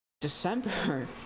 December